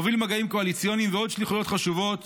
הוביל מגעים קואליציוניים ועוד שליחויות חשובות